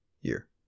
year